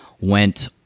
went